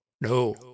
no